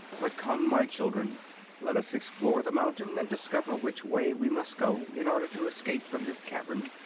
but come, my children let us explore the mountain and discover which way we must go in order to escape from this cavern,